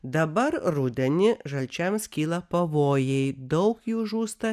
dabar rudenį žalčiams kyla pavojai daug jų žūsta